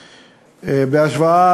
בהשוואה,